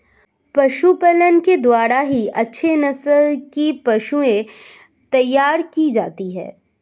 पशुपालन के द्वारा ही अच्छे नस्ल की पशुएं तैयार की जाती है